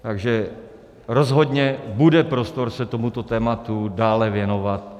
Takže rozhodně bude prostor se tomuto tématu dále věnovat.